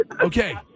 Okay